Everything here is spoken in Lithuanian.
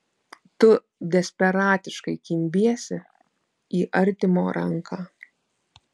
tu desperatiškai kimbiesi į artimo ranką